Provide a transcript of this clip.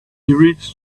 reached